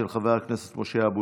של חבר הכנסת משה אבוטבול.